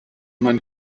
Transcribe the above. man